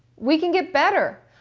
we can get better.